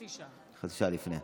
חצי שעה לפני.